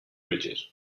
bridges